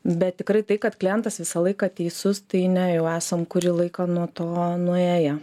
bet tikrai tai kad klientas visą laiką teisus tai ne jau esam kurį laiką nuo to nuėję